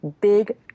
big